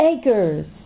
acres